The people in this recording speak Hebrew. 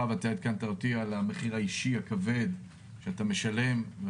ואתה עדכנת אותי על המחיר האישי הכבד שאתה משלם.